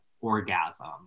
orgasm